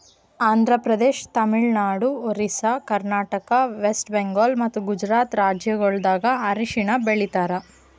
Andhra Pradesh, Tamil Nadu, Orissa, Karnataka, West Bengal ಮತ್ತ ಗುಜರಾತ್ ರಾಜ್ಯಗೊಳ್ದಾಗ್ ಅರಿಶಿನ ಬೆಳಿತಾರ್